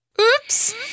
Oops